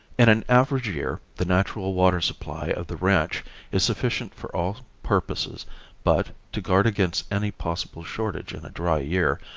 in an average year the natural water supply of the ranch is sufficient for all purposes but, to guard against any possible shortage in a dry year,